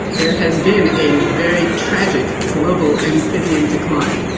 there has been a very tragic global amphibian decline,